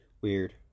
Weird